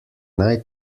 naj